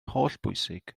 hollbwysig